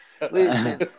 listen